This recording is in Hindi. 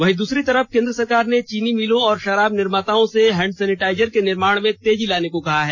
वहीं दूसरी तरफ केन्द्र सरकार ने चीनी मिलों और शराब निर्माताओं से हैंड सैनिटाइजर के निर्माण में तेजी लाने को कहा है